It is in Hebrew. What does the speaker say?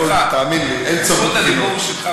תאמין לי, אין צורך בבחינות.